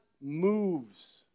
moves